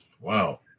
Wow